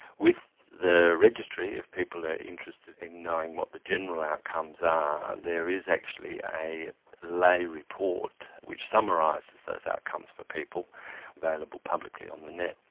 with the registry, if people are interested in knowing what the general outcomes are there is actually a lay report which summarises those outcomes for people available publicly on the net.